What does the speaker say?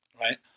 Right